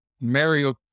Mario